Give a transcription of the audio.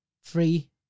free